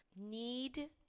need